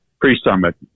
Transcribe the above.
pre-summit